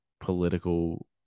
political